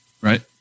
Right